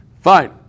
Fine